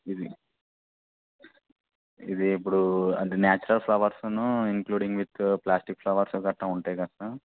ఇది ఇది ఇప్పుడు అంటే natural flowers including with plastic flowers గట్టా ఉంటాయి గట్టా